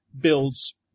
builds